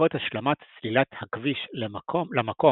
בעקבות השלמת סלילת הכביש למקום